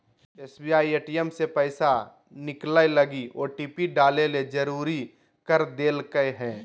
SBI ATM से पैसा निकलैय लगी ओटिपी डाले ले जरुरी कर देल कय हें